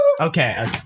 Okay